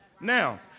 Now